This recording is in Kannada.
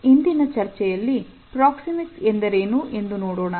ಇಂದಿನ ಚರ್ಚೆಯಲ್ಲಿ ಪ್ರಾಕ್ಸಿಮಿಕ್ಸ್ ಎಂದರೇನು ಎಂದು ನೋಡೋಣ